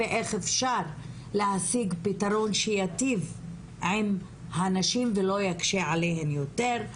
ואיך אפשר להשיג פתרון שייטיב עם הנשים ולא יקשה עליהן יותר,